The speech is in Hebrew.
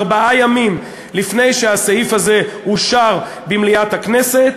ארבעה ימים לפני שהסעיף הזה אושר במליאת הכנסת,